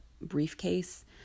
briefcase